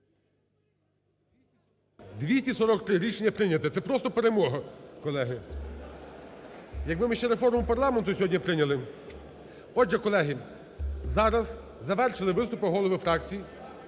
За-243 Рішення прийнято. Це просто перемога, колеги. Якби ми ще реформу парламенту сьогодні прийняли… Отже, колеги, зараз завершили виступи голови фракцій.